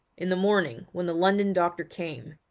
in the morning when the london doctor came,